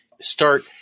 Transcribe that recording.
Start